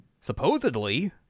Supposedly